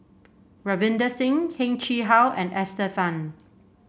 Ravinder Singh Heng Chee How and Esther Fun